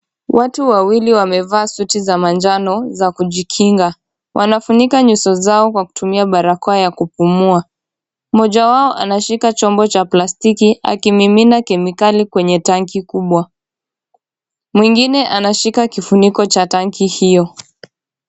Watu wawili wamevaa suti za manjano za kujingikinga. Wanafunika nyuso zao kwa kutumia barakoa ua kupumua. Mmoja wao anashika chombo cha plastiki akimimina kemikali kwenye tanki kubwa. Mwingine anashika kifuniko cha tanki hio.